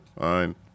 fine